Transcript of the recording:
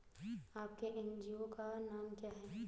आपके एन.जी.ओ का नाम क्या है?